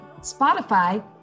Spotify